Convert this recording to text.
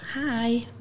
Hi